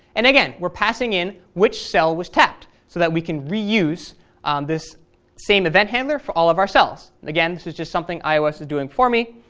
and again, we're passing in which cell was tapped so that we can reuse this same event handler for all of our cells. again, this is something ios is doing for me.